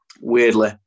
Weirdly